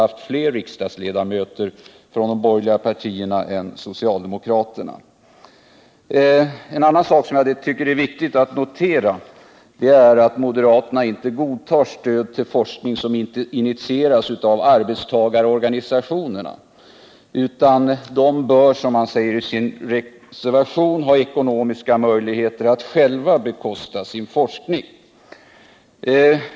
Under hela 1970-talet har de borgerliga ändå haft fler riksdagsledamöter än vad socialdemokraterna har haft. En annan sak som jag tycker att det är viktigt att notera är att moderaterna inte godtar stöd till forskning som initieras av arbetstagarorganisationerna. Dessa organisationer bör, som man säger i sin reservation, ha ekonomiska möjligheter att själva bekosta sin forskning.